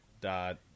dot